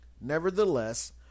nevertheless